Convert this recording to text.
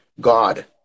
God